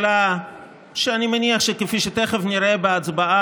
אני מבקש מהצד הזה חבר הכנסת אקוניס.